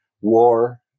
war